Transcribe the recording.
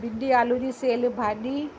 भिंडी आलू जी सेयल भाॼी